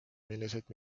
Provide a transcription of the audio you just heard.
milliseid